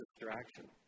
distraction